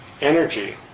energy